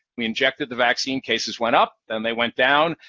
we injected the vaccine, cases went up, then they went down,